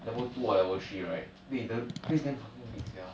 level two or level three right eh the place damn fucking big sia